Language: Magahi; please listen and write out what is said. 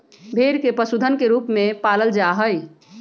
भेड़ के पशुधन के रूप में पालल जा हई